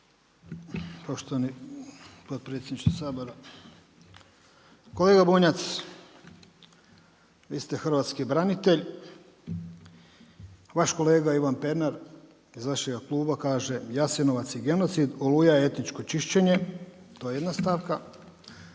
Poštovani potpredsjedniče Sabora. Kolega Bunjac, vi ste hrvatski branitelj, vaš kolega Ivan Pernar iz vašega kluba Jasenovac je genocid, Oluja je etničko čišćenje to je jedna stavka.